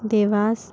Dewas